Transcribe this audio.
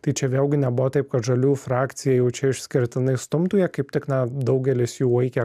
tai čia vėlgi nebuvo taip kad žaliųjų frakcija jau čia išskirtinai stumtų jie kaip tik na daugelis jų vaikė